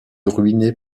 ruiné